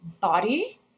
body